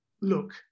look